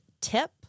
TIP